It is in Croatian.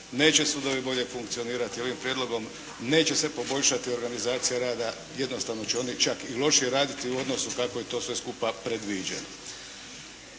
neće sudovi bolje funkcionirati ovim prijedlogom, neće se poboljšati organizacija rada, jednostavno će oni čak i lošije raditi u odnosu kako je to sve skupa predviđeno.